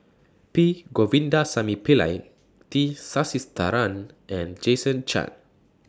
P Govindasamy Pillai T Sasitharan and Jason Chan